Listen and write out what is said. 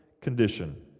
condition